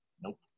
Nope